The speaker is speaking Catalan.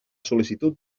sol·licitud